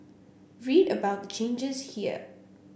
read about the changes here